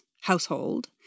household